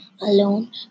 alone